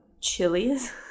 chilies